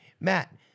Matt